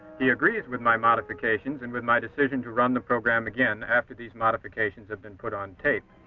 he agrees with my modifications and with my decision to run the program again after these modifications have been put on tape.